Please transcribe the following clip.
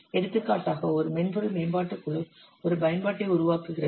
எடுத்துக்காட்டாக ஒரு மென்பொருள் மேம்பாட்டுக் குழு ஒரு பயன்பாட்டை உருவாக்குகிறது